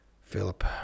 Philip